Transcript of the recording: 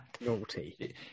Naughty